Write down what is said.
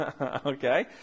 Okay